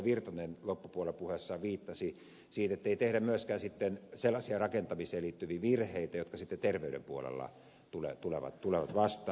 virtanen loppupuolella puheessaan viittasi ettei tehdä myöskään sitten sellaisia rakentamiseen liittyviä virheitä jotka sitten terveyden puolella tulevat vastaan